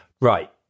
Right